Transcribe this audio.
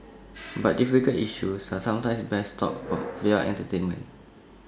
but difficult issues are sometimes best talked about via entertainment